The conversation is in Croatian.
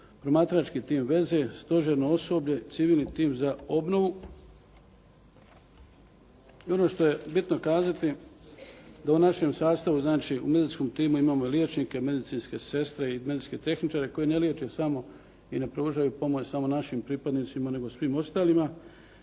mobilno-promatrački tim veze, stožerno osoblje, civilni tim za obnovu. I ono što je bitno kazati, da u našem sastavu, znači u medicinskom timu imamo liječnike, medicinske sestre i medicinske tehničare koji ne liječe samo i ne pružaju pomoć samo našim pripadnicima, nego i svim ostalima